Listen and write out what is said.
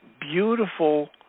beautiful